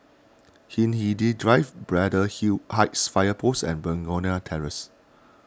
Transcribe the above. Hindhede Drive Braddell hew Heights Fire Post and Begonia Terrace